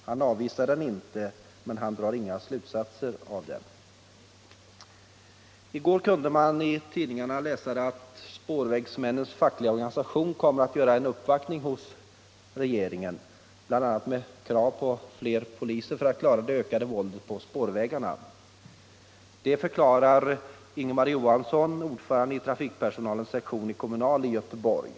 Han avvisar den inte, men han drar inga slutsatser av den. I går kunde man i tidningarna läsa att spårvägsmännens fackliga organisation i Göteborg kommer att göra en uppvaktning hos regeringen, bl.a. med krav på fler poliser för att klara det ökade våldet på spårvägarna. Det förklarar Ingemar Johansson, ordförande i trafikpersonalens sektion i Kommunal i Göteborg.